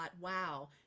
wow